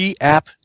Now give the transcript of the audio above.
app